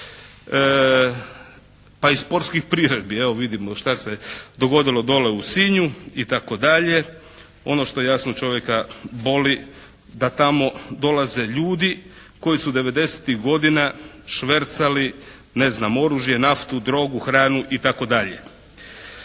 pa i sportskih priredbi evo vidimo što se dogodilo dole u Sinju itd. Ono što jasno čovjeka boli da tamo dolaze ljudi koji su devedesetih godina švercali ne znam oružje, naftu, drogu, hranu itd.